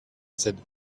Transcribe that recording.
said